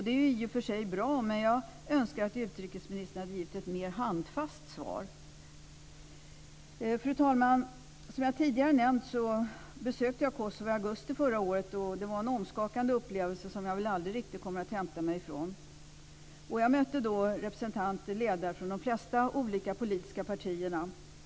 Det är i och för sig bra, men jag önskar att utrikesministern hade givit ett mer handfast svar. Fru talman! Som jag tidigare nämnt besökte jag Kosovo i augusti förra året. Det var en omskakande upplevelse som jag väl aldrig riktigt kommer att hämta mig ifrån. Jag mötte då representanter/ledare för de flesta politiska partierna.